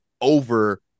over